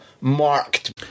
marked